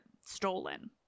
stolen